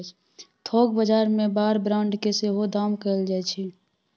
थोक बजार मे बार ब्रांड केँ सेहो दाम कएल जाइ छै